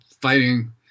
fighting